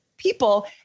people